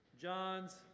John's